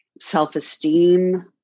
Self-esteem